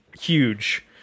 huge